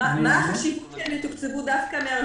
מה החשיבות שהם יתוקצבו דווקא מהרשות לפיתוח הנגב?